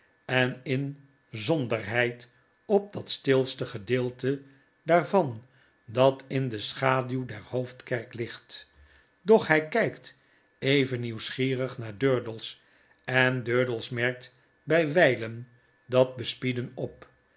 en inzonderheid op dat stilste gedeelte daarvan dat in de schaduw der hoofdkerk ligt doch hij kijkt even nieuwsgierig naar durdels en durdels merkt by wjlen dat bespiedenop by